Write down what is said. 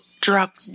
drop